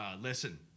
listen